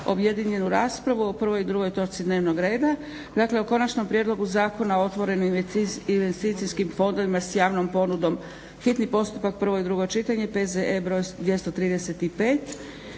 objedinjenu raspravu o prvoj i drugoj točci dnevnog reda. Dakle o 1. Konačni prijedlog zakona o otvorenim investicijskim fondovima s javnom ponudom, hitni postupak, prvo i drugo čitanje, P.Z.E. br. 235.